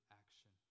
action